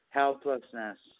helplessness